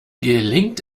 gelingt